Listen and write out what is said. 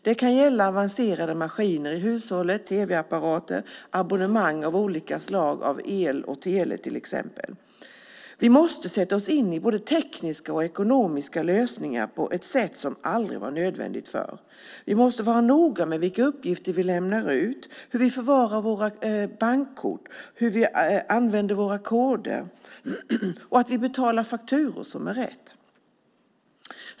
Det kan gälla avancerade maskiner i hushållet, tv-apparater och abonnemang av olika slag, till exempel el och tele. Vi måste sätta oss in i både tekniska och ekonomiska lösningar på ett sätt som inte var nödvändigt förr. Vi måste vara noga med vilka uppgifter vi lämnar ut, hur vi förvarar våra bankkort, hur vi använder våra koder och att vi betalar fakturor som är riktiga.